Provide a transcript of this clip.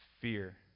fear